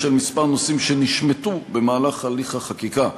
בשל כמה נושאים שנשמטו במהלך הליך החקיקה.